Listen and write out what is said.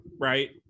right